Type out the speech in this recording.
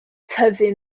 tyfu